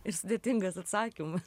ir sudėtingas atsakymas